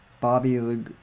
Bobby